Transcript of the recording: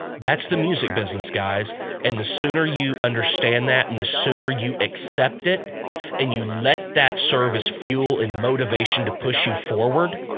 that's the music business guys and the sooner you understand that and the sooner you accept it and you let that serve as fuel and motivation to push you forward